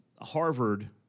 Harvard